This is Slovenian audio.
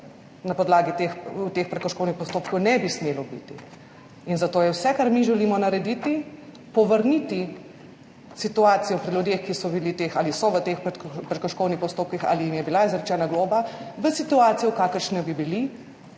na podlagi teh prekrškovnih postopkov ne bi smelo biti. In zato je vse, kar mi želimo narediti, povrniti situacijo pri ljudeh, ki so bili teh ali so v teh prekrškovnih postopkih, ali jim je bila izrečena globa, v situacijo, v kakršni bi bili,